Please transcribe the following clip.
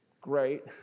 great